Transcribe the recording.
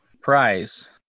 Prize